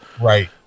Right